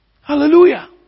Hallelujah